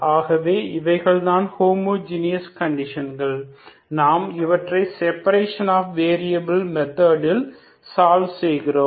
ஆகவே இவைகள் தான் ஹோமோஜீனியஸ் கண்டிஷன்கள் நாம் இவற்றை செபரேஷன் ஆஃப் வேரியபில் மெதோட் இல் சால்வ் செய்கிறோம்